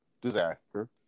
disaster